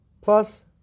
Plus